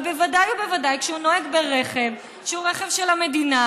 אבל בוודאי ובוודאי כשהוא נוהג ברכב שהוא רכב של המדינה,